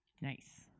Nice